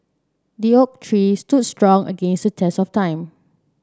the oak tree stood strong against the test of time